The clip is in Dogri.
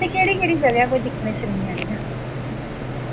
इत्थें केह्ड़ी केह्ड़ी जगह दिक्खनै फिरने आह्लियां